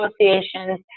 associations